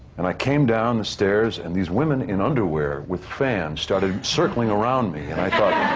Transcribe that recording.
and i came down the stairs and these women in underwear with fans started circling around me and i thought,